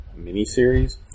miniseries